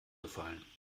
gefallen